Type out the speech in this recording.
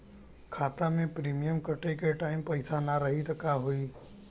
खाता मे प्रीमियम कटे के टाइम पैसा ना रही त का होई?